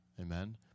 Amen